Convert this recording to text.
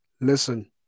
listen